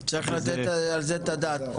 צריך לתת על זה את הדעת.